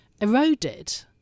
eroded